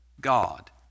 God